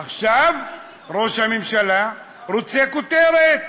עכשיו ראש הממשלה רוצה כותרת,